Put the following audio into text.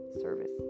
service